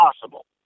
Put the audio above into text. possible